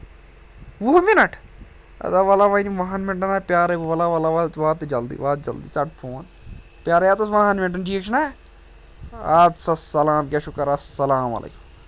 وُہ مِنٹ اَدا وَلا وۄنۍ وُہن مِنٹَنا پیٛارَے بہٕ وَلا وَلا واتہٕ واتہٕ جلدی واتہٕ جلدی ژٹ فون پیٛارَے اَتہِ تھَس وُہن مِنٹَن ٹھیٖک چھُنہ آد سا سلام کیٛاہ چھُکھ کَران اَسَلام علیکُم